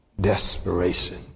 desperation